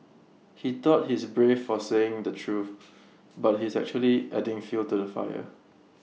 he thought he's brave for saying the truth but he's actually adding fuel to the fire